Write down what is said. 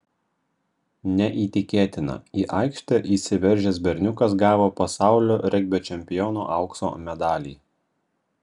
neįtikėtina į aikštę įsiveržęs berniukas gavo pasaulio regbio čempiono aukso medalį